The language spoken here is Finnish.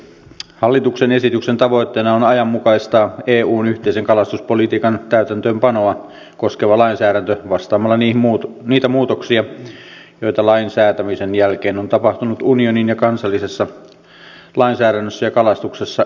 hallituksen esityksen tavoitteena on ajanmukaistaa eun yhteisen kalastuspolitiikan täytäntöönpanoa koskeva lainsäädäntö vastaamaan niitä muutoksia joita lain säätämisen jälkeen on tapahtunut unionin ja kansallisessa lainsäädännössä ja kalastuksessa yleisesti